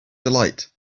delight